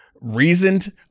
reasoned